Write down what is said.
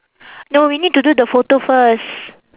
no we need to do the photo first